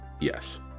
Yes